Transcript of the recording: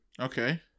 Okay